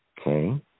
Okay